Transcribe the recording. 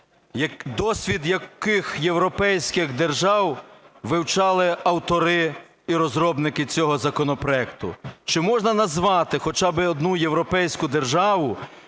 досвід яких європейських держав вивчали автори і розробники цього законопроекту? Чи можна назвати хоча би одну європейську державу,